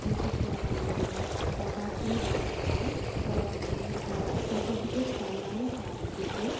इलेक्ट्रिसियनलाई ल्याएर यसलाई जाँच पनि गर्न लगाएँ तर यसलाई यसमा चाहिँ विशेष फ्यानमा नै खराबी देखियो